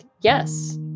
Yes